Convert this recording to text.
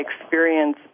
experience